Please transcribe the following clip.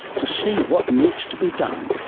to see what needs to be done.